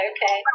Okay